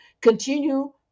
continue